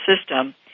system